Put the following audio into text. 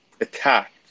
attacked